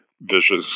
vicious